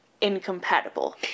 incompatible